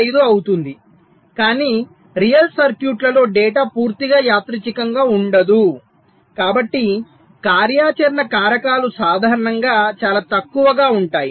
25 అవుతుంది కానీ రియల్ సర్క్యూట్లలో డేటా పూర్తిగా యాదృచ్ఛికంగా ఉండదు కాబట్టి కార్యాచరణ కారకాలు సాధారణంగా చాలా తక్కువగా ఉంటాయి